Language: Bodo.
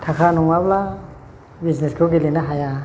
थाखा नङाब्ला बिजनेसखौ गेलेनो हाया